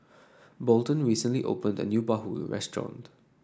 Bolden recently opened a new Bahulu restaurant